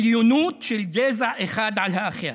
עליונות של גזע אחד על האחר.